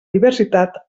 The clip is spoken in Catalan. diversitat